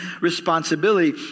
responsibility